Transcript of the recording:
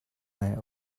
their